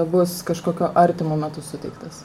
bus kažkokiu artimu metu suteiktas